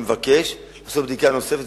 אני מבקש לעשות בדיקה נוספת,